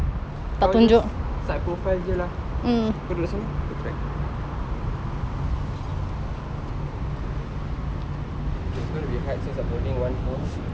kau just side profile jer lah kau duduk sana aku try okay it's gonna be hard since I'm holding one phone